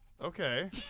Okay